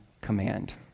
command